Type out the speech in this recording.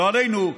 לא עלינו: